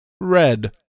Red